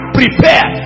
prepare